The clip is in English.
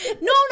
no